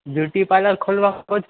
beauty parlour ખોલવા માગો છો